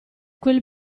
quel